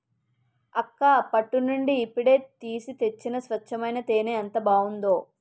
అక్కా పట్టు నుండి ఇప్పుడే తీసి తెచ్చిన స్వచ్చమైన తేనే ఎంత బావుందో